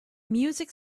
music